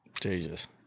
Jesus